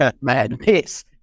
madness